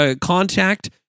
contact